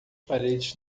paredes